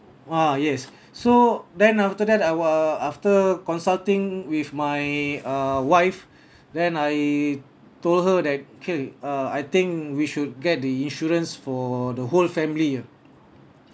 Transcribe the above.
ah yes so then after that I were after consulting with my uh wife then I told her that K uh I think we should get the insurance for the whole family ah